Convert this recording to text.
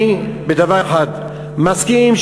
אני בדבר אחד מסכים,